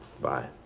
Bye